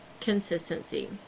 Consistency